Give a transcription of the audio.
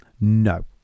No